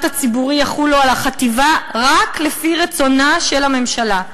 הציבורי יחולו על החטיבה רק לפי רצונה של הממשלה,